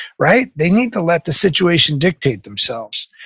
right? they need to let the situation dictate themselves.